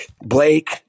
Blake